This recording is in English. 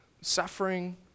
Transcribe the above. suffering